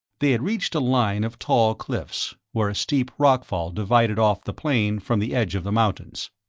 they had reached a line of tall cliffs, where a steep rock-fall divided off the plain from the edge of the mountains.